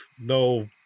no